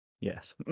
Yes